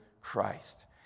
Christ